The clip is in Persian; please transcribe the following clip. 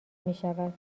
میشود